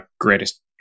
greatest